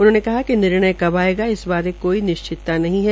उन्होंने कहा कि निर्णय कब आयेगा इस बारे कोई निश्चितता नहीं है